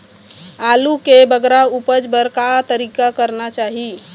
आलू के बगरा उपज बर का तरीका करना चाही?